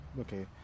okay